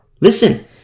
Listen